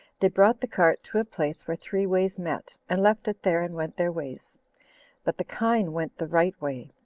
they brought the cart to a place where three ways met, and left it there and went their ways but the kine went the right way,